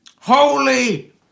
Holy